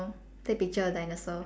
take picture of dinosaur